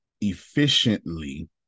efficiently